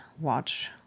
watch